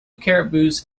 caribous